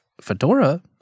Fedora